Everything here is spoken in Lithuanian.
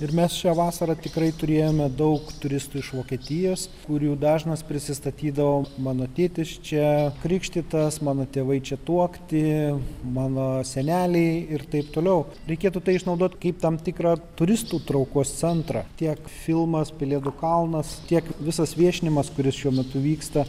ir mes šią vasarą tikrai turėjome daug turistų iš vokietijos kurių dažnas prisistatydavo mano tėtis čia krikštytas mano tėvai čia tuokti mano seneliai ir taip toliau reikėtų tai išnaudot kaip tam tikrą turistų traukos centrą tiek filmas pelėdų kalnas tiek visas viešinimas kuris šiuo metu vyksta